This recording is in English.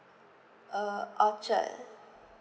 uh orchard